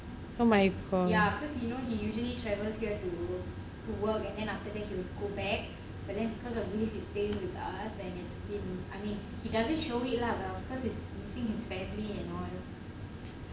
oh my god